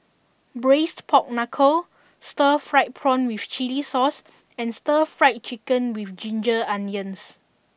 Braised Pork Knuckle Stir Fried Prawn with Chili Sauce and Stir Fried Chicken with Ginger Onions